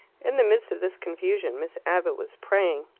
in the midst of this confusion miss abbott was praying.